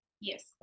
Yes